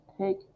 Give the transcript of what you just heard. take